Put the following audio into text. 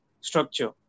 structure